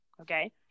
okay